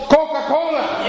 Coca-Cola